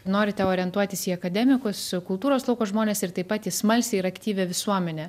norite orientuotis į akademikus kultūros lauko žmones ir taip pat smalsią ir aktyvią visuomenę